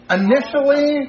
initially